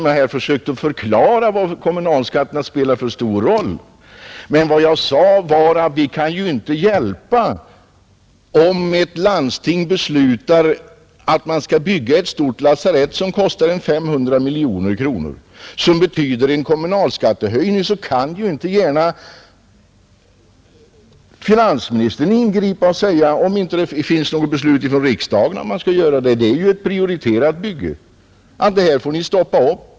Jag försökte ju förklara vilken stor roll kommunalskatterna spelar. Men vad jag sade var att om ett landsting beslutar att man skall bygga ett stort lasarett för t.ex. 500 miljoner kronor och det betyder en kommunalskattehöjning, så kan finansministern inte gärna ingripa — såvida det inte finns något beslut från riksdagen om det; det är ju ett prioriterat bygge — och säga att det här får ni stoppa.